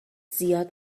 زیاد